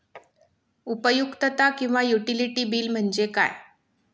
उपयुक्तता किंवा utility bill म्हणजे काय?